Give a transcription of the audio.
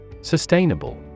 Sustainable